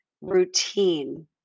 routine